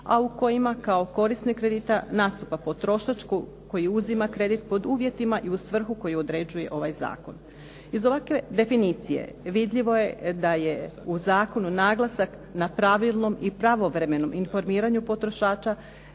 a u kojima kao korisnik kredita nastupa potrošač koji uzima kredit pod uvjetima i u svrhu koju određuje ovaj zakon. Iz ovakve definicije vidljivo je da je u zakonu naglasak na pravilnom i pravovremenom informiranju potrošača